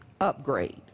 upgrade